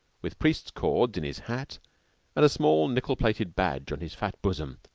with priest's cords in his hat and a small nickel-plated badge on his fat bosom,